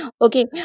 Okay